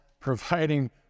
providing